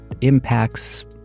impacts